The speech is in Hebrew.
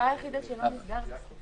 במדרגות אינו נחוץ,